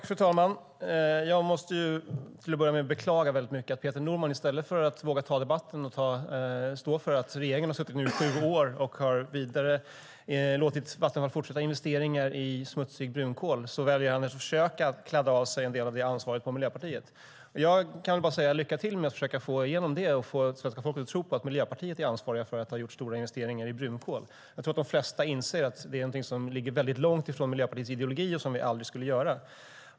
Fru talman! Jag måste till att börja med beklaga att Peter Norman, i stället för att våga ta debatten och stå för att regeringen nu har suttit i sju år och har låtit Vattenfall fortsätta att göra investeringar i smutsig brunkol, väljer att försöka kladda av sig en del av ansvaret på Miljöpartiet. Jag kan bara önska honom lycka till med att försöka få igenom det och få svenska folket att tro på att Miljöpartiet är ansvarigt för att ha gjort stora investeringar i brunkol. Jag tror att de flesta inser att det är någonting som ligger mycket långt ifrån Miljöpartiets ideologi och som vi aldrig skulle göra.